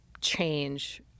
change